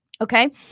Okay